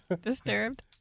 Disturbed